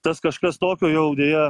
tas kažkas tokio jau deja